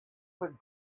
with